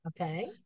Okay